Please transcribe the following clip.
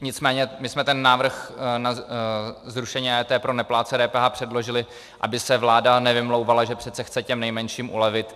Nicméně my jsme ten návrh na zrušení EET pro neplátce DPH předložili, aby se vláda nevymlouvala, že přece chce těm nejmenším ulevit.